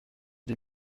des